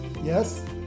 Yes